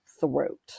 throat